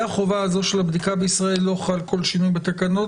החובה הזאת של הבדיקה בישראל לא חל כל שינוי בתקנות,